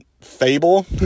fable